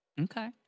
Okay